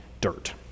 dirt